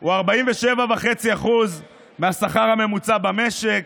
הוא 47.5% מהשכר הממוצע במשק.